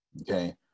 okay